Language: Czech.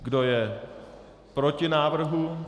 Kdo je proti návrhu?